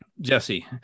Jesse